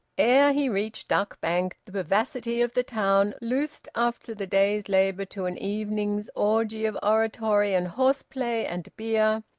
ere he reached duck bank, the vivacity of the town, loosed after the day's labour to an evening's orgy of oratory and horseplay and beer,